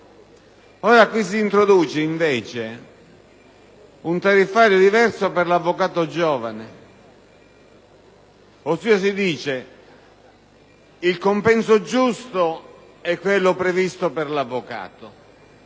caso si introduce, invece, un tariffario diverso per l'avvocato giovane. Si stabilisce, infatti, che il compenso giusto è quello previsto per l'avvocato: